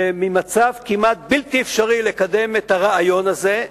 שממצב כמעט בלתי אפשרי לקדם את הרעיון הזה,